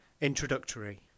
Introductory